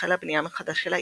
החלה בנייה מחדש של העיר.